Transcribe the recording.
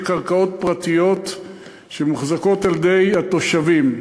זה קרקעות פרטיות שמוחזקות על-ידי התושבים,